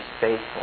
faithful